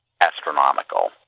astronomical